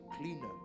cleaner